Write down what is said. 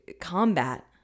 combat